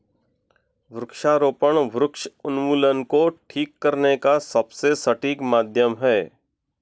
वृक्षारोपण वृक्ष उन्मूलन को ठीक करने का सबसे सटीक माध्यम है